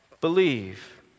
believe